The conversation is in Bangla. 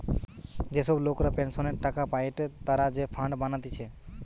যে সব লোকরা পেনসনের টাকা পায়েটে তারা যে ফান্ড বানাতিছে